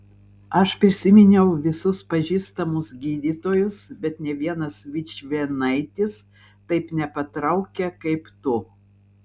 aš prisiminiau visus pažįstamus gydytojus bet nė vienas vičvienaitis taip nepatraukia kaip tu